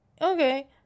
okay